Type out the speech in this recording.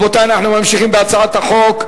רבותי, אנחנו ממשיכים בהצעות חוק.